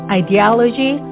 ideology